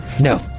No